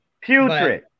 putrid